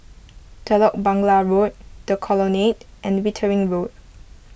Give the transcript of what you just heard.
Telok Blangah Road the Colonnade and Wittering Road